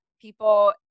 people